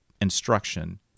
instruction